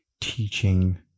teaching